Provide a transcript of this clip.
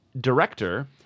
director